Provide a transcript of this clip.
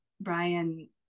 Brian